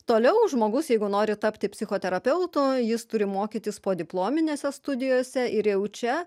toliau žmogus jeigu nori tapti psichoterapeutu jis turi mokytis podiplominėse studijose ir jau čia